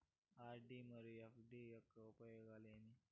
RD మరియు FD యొక్క ఉపయోగాలు ఏమి?